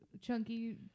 chunky